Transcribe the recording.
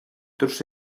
tots